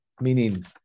meaning